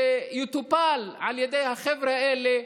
שיטופל על ידי החבר'ה האלה,